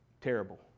Terrible